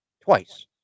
Twice